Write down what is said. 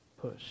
push